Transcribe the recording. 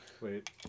Wait